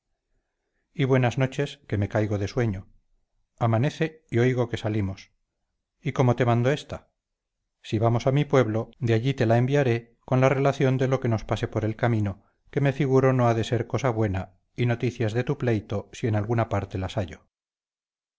y buenas noches que me caigo de sueño amanece y oigo que salimos y cómo te mando esta si vamos a mi pueblo de allí te la enviaré con la relación de lo que nos pase por el camino que me figuro no ha de ser cosa buena y noticias de tu pleito si en alguna parte las hallo